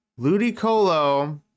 Ludicolo